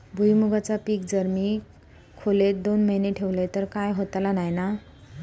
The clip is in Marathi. भुईमूगाचा पीक जर मी खोलेत दोन महिने ठेवलंय तर काय होतला नाय ना?